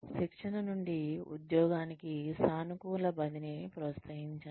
శిక్షణ నుండి ఉద్యోగానికి సానుకూల బదిలీని ప్రోత్సహించండి